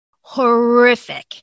horrific